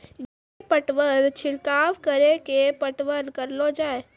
गेहूँ के पटवन छिड़काव कड़ी के पटवन करलो जाय?